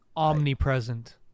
Omnipresent